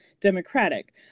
Democratic